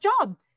job